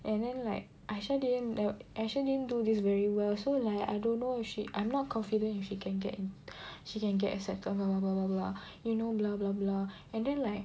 and then like Aisyah/P2> didn't actually do this very well so like I don't know if she I'm not confident if she can get in she can get accepted blah blah blah blah blah you know blah blah blah and then like